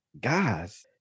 guys